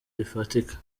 rifatika